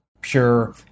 pure